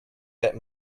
that